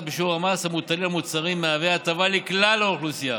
לסייע לשכבות החלשות,